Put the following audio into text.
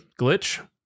Glitch